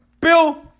Bill